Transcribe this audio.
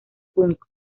punk